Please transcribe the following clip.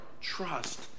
trust